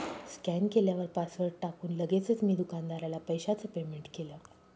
scan केल्यावर password टाकून लगेचच मी दुकानदाराला पैशाचं पेमेंट केलं